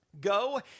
Go